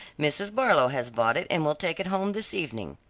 mrs. barlow has bought it, and will take it home this evening.